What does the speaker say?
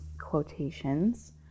quotations